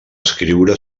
escriure